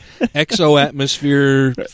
exo-atmosphere